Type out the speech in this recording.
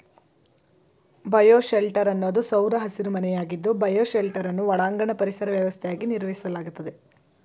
bioshelter ಅನ್ನೋದು ಸೌರ ಹಸಿರುಮನೆಯಾಗಿದ್ದು ಬಯೋಶೆಲ್ಟರನ್ನು ಒಳಾಂಗಣ ಪರಿಸರ ವ್ಯವಸ್ಥೆಯಾಗಿ ನಿರ್ವಹಿಸಲಾಗ್ತದೆ